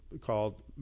called